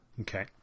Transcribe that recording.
Okay